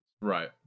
Right